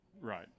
Right